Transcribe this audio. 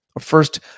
first